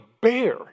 bear